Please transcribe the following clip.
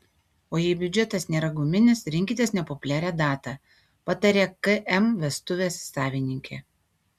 o jei biudžetas nėra guminis rinkitės nepopuliarią datą pataria km vestuvės savininkė